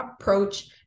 approach